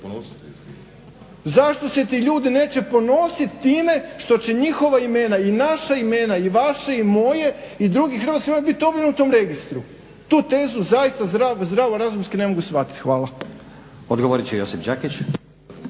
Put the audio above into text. Zašto se ti ljudi neće ponositi time što će njihova imena i naša imena, i vaša, i moje i drugih hrvatskih branitelja biti objavljeno u tom registru? Tu tezu zaista zdravo razumskih ne mogu shvatiti. Hvala. **Stazić, Nenad